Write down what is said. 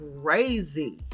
crazy